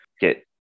get